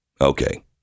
Okay